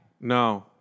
No